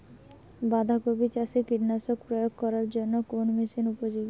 বাঁধা কপি চাষে কীটনাশক প্রয়োগ করার জন্য কোন মেশিন উপযোগী?